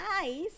eyes